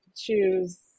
choose